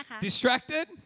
Distracted